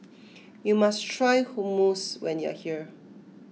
you must try Hummus when you are here